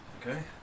Okay